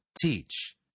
teach